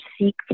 seek